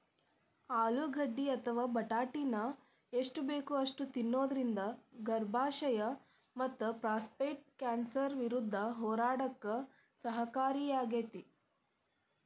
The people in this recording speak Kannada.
ಆಲೂಗಡ್ಡಿ ಅಥವಾ ಬಟಾಟಿನ ಎಷ್ಟ ಬೇಕ ಅಷ್ಟ ತಿನ್ನೋದರಿಂದ ಗರ್ಭಾಶಯ ಮತ್ತಪ್ರಾಸ್ಟೇಟ್ ಕ್ಯಾನ್ಸರ್ ವಿರುದ್ಧ ಹೋರಾಡಕ ಸಹಕಾರಿಯಾಗ್ಯಾತಿ